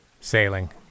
sailing